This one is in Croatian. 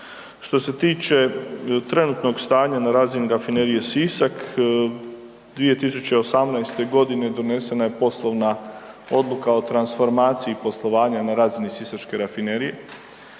Što se tiče trenutnog stanja na razini Rafinerije Sisak, 2018.g. donesena je poslovna odluka o transformaciji poslovanja na razini sisačke rafinerije.